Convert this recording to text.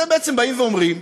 אתם בעצם באים ואומרים: